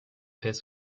his